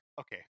okay